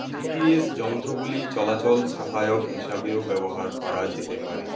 জি P S যন্ত্রগুলি চলাচল সহায়ক হিসাবেও ব্যবহার করা যেতে পারে